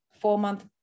four-month